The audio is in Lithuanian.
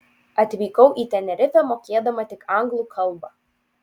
atvykau į tenerifę mokėdama tik anglų kalbą